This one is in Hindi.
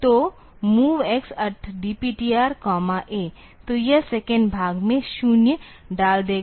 तो MOVX DPTR A तो यह सेकंड भाग में 0 डाल देगा